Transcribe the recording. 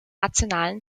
rationalen